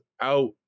out